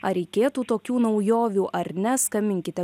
ar reikėtų tokių naujovių ar ne skambinkite